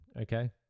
okay